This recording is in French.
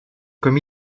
comme